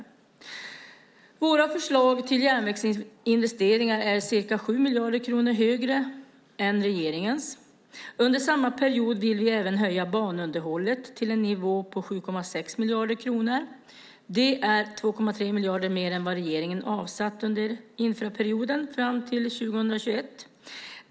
I våra förslag är järnvägsinvesteringarna ca 7 miljarder kronor högre än regeringens. Under samma period vill vi även höja anslaget till banunderhåll till en nivå på 7,6 miljarder kronor. Det är 2,3 miljarder mer än vad regeringen har avsatt under planperioden fram till 2021.